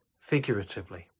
figuratively